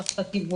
צריך קצת תיווך,